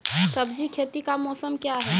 सब्जी खेती का मौसम क्या हैं?